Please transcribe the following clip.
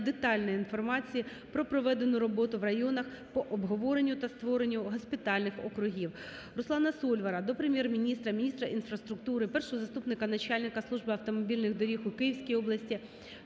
детальної інформації про проведену роботу в районах по обговоренню та створенню госпітальних округів. Руслана Сольвара до Прем'єр-міністра України, міністра інфраструктури України, першого заступника начальника Служби автомобільних доріг у Київській області